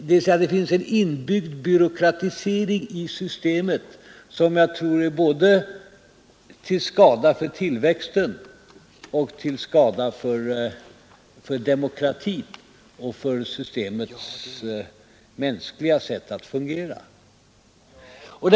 Det finns alltså en inbyggd byråkratiseringstendens i systemet, som jag tror är både till skada för tillväxten och till skada för demokratin och för systemets sätt att fungera rent mänskligt.